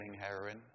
heroin